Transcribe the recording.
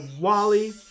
Wally